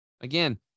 again